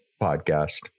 podcast